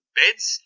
beds